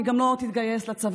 היא גם לא תתגייס לצבא,